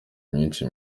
myinshi